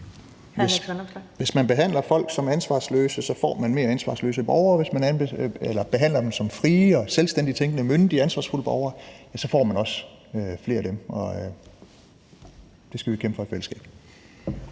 Hvis man behandler folk som ansvarsløse, får man mere ansvarsløse borgere, og hvis man behandler dem som frie og selvstændigt tænkende, myndige, ansvarsfulde borgere, så får man også flere af dem, og det skal vi kæmpe for i fællesskab.